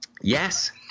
Yes